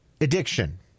addiction